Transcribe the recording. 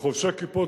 חובשי כיפות,